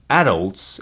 adults